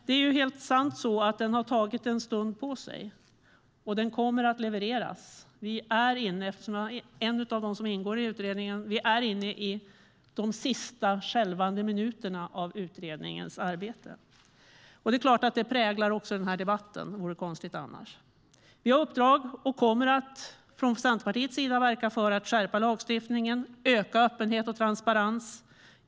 Det är sant att utredningen har tagit en stund på sig, men den kommer att levereras. Jag ingår i utredningen, och vi är inne i de sista skälvande minuterna av utredningens arbete. Det är klart att det präglar denna debatt; det vore konstigt annars. Vi har ett uppdrag, och Centerpartiet kommer att verka för att skärpa lagstiftningen och öka öppenhet och transparens.